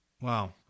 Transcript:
Wow